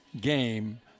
game